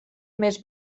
més